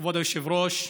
כבוד היושב-ראש,